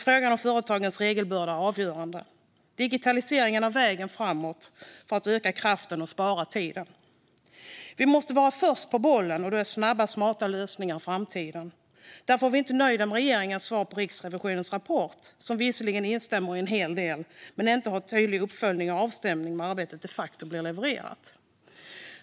Frågan om företagens regelbörda är då avgörande. Digitaliseringen är vägen framåt för att öka kraften och spara tiden. Vi måste vara först på bollen, och då är snabba och smarta lösningar framtiden. Vi är därför inte nöjda med regeringens svar på Riksrevisionens rapport. Man instämmer visserligen i en hel del, men det finns ingen tydlig uppföljning och avstämning för att arbetet de facto ska bli levererat.